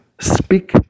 speak